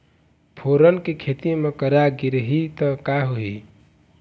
फोरन के खेती म करा गिरही त का होही?